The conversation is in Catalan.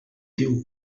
diu